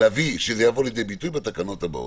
שזה יבוא לידי ביטוי בתקנות הבאות.